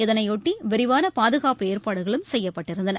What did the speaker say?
இதனையொட்டி விரிவான பாதுகாப்பு ஏற்பாடுகளும் செய்யப்பட்டிருந்தன